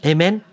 Amen